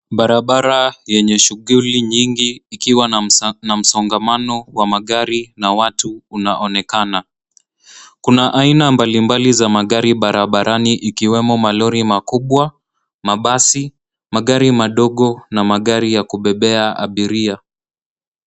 Barabara yenye shughuli nyingi ikiwa na msongamano wa magari na watu unaonekana. Kuna aina mbalimbali za magari barabarani ikiwemo malori makubwa, mabasi, magari madogo na magari ya kubebea abiria.